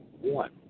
one